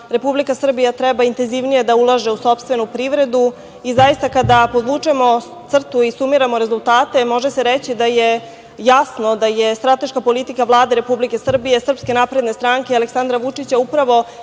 Republika Srbija treba intenzivnije da ulaže u sopstvenu privredu i zaista kada podvučemo crtu i sumiramo rezultate, može se reći da je jasno da je strateška politika Vlade Republike Srbije, SNS, Aleksandra Vučića upravo